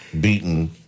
Beaten